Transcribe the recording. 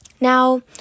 Now